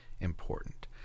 important